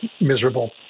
miserable